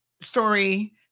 story